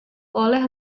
oleh